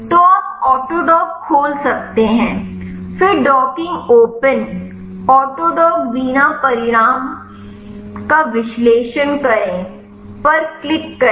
तो आप ऑटोडॉक खोल सकते हैं फिर डॉकिंग ओपन ऑटोडॉक वीना परिणाम का विश्लेषण करें पर क्लिक करें